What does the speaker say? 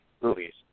movies